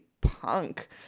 punk